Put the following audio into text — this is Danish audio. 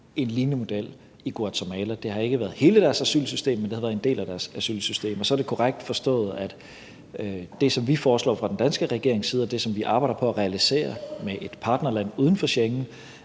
en lignende model i Guatemala. Det har ikke været hele deres asylsystem, men det har været en del af deres asylsystem. Så er det korrekt forstået, at det, som vi foreslår fra den danske regerings side, og det, som vi arbejder på at realisere med et partnerland uden for Schengen,